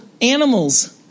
animals